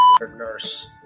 nurse